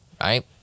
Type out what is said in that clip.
right